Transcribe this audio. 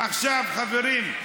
חברים,